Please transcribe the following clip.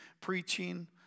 preaching